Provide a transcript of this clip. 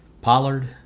Pollard